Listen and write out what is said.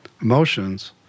emotions